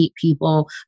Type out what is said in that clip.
people